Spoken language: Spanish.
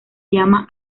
llama